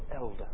elder